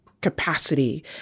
capacity